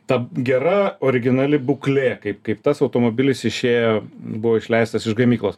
ta gera originali būklė kaip kaip tas automobilis išėjo buvo išleistas iš gamyklos